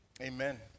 Amen